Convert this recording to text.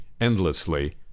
endlessly